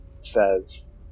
says